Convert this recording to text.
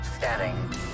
scanning